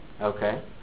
Okay